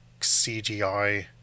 CGI